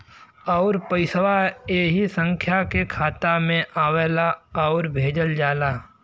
आउर पइसवा ऐही संख्या के खाता मे आवला आउर भेजल जाला